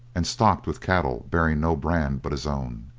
and stocked with cattle bearing no brand but his own.